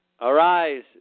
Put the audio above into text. Arise